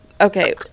Okay